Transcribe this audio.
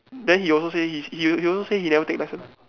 then he also say he he also say he never take license